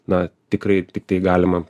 na tikrai tiktai galima